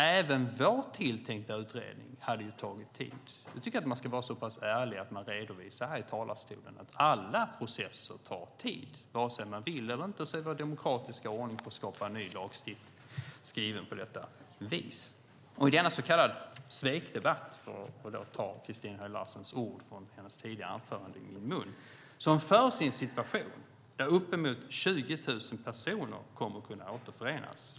Även vår tilltänkta utredning hade ju tagit tid. Jag tycker att man ska vara så pass ärlig att man redovisar här i talarstolen att alla processer tar tid. Vare sig man vill eller inte är den demokratiska ordningen för att skapa en ny lagstiftning skriven på detta vis. Denna så kallade svekdebatt, för att ta Christina Höj Larsens ord från hennes tidigare anförande i min mun, förs i en situation där uppemot 20 000 personer kommer att kunna återförenas.